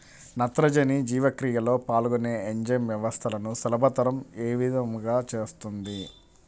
నత్రజని జీవక్రియలో పాల్గొనే ఎంజైమ్ వ్యవస్థలను సులభతరం ఏ విధముగా చేస్తుంది?